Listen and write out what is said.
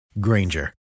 Granger